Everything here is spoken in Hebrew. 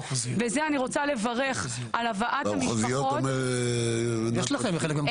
וזה אני רוצה לברך על הבאת המשפחות --- יש לכם בחלק מהמחוזיות.